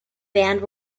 band